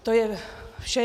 To je vše.